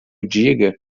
diga